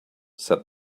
said